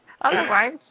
Otherwise